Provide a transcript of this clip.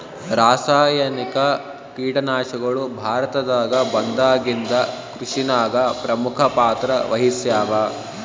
ರಾಸಾಯನಿಕ ಕೀಟನಾಶಕಗಳು ಭಾರತದಾಗ ಬಂದಾಗಿಂದ ಕೃಷಿನಾಗ ಪ್ರಮುಖ ಪಾತ್ರ ವಹಿಸ್ಯಾವ